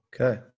Okay